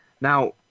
Now